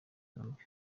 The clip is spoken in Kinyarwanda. zombi